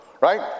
Right